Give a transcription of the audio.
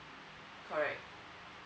correct